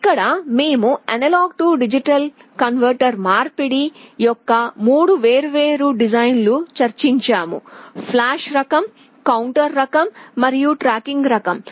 ఇక్కడ మేము A D మార్పిడి యొక్క మూడు వేర్వేరు డిజైన్లను చర్చించాము ఫ్లాష్ రకం కౌంటర్ రకం మరియు ట్రాకింగ్ రకం